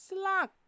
Slack